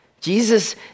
Jesus